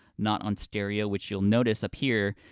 not on stereo, which you'll notice up here,